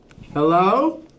Hello